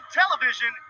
television